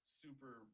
super